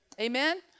Amen